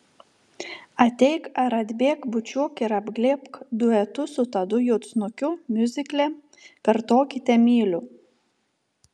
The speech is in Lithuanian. ateik ar atbėk bučiuok ir apglėbk duetu su tadu juodsnukiu miuzikle kartokite myliu